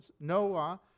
Noah